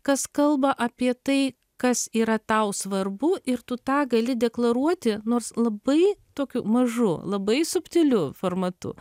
kas kalba apie tai kas yra tau svarbu ir tu tą gali deklaruoti nors labai tokiu mažu labai subtiliu formatu